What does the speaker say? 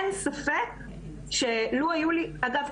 אגב,